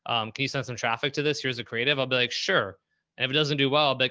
um can you send some traffic to this? here's a creative. i'll be like, sure. and if it doesn't do well, but